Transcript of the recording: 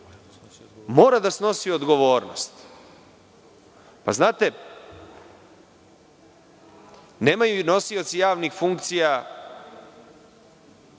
mora da snosi odgovornost. Znate, nemaju nosioci javnih funkcija